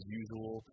usual